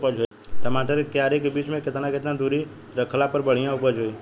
टमाटर के क्यारी के बीच मे केतना केतना दूरी रखला पर बढ़िया उपज होई?